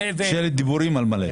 ממשלת דיבורים על מלא.